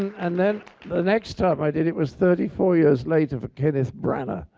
and then the next time i did it was thirty four years later for kenneth branagh,